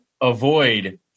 avoid